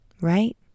Right